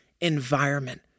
environment